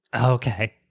Okay